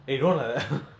so I can play with them